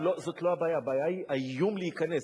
זאת לא הבעיה, הבעיה היא האיום להיכנס.